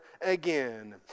again